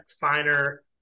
Finer